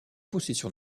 possession